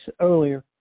earlier